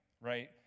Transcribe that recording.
right